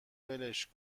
ولش